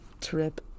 Trip